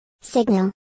Signal